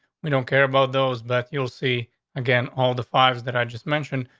we don't care about those, but you'll see again all the fires that i just mentioned,